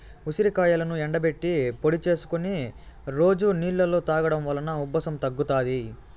ఉసిరికాయలను ఎండబెట్టి పొడి చేసుకొని రోజు నీళ్ళలో తాగడం వలన ఉబ్బసం తగ్గుతాది